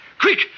Quick